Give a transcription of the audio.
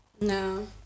No